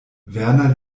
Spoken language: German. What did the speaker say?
werner